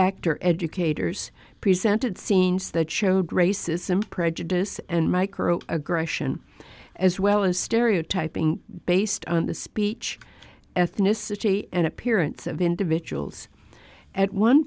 actor educators presented scenes that showed racism prejudice and micro aggression as well as stereotyping based on the speech ethnicity and appearance of individuals at one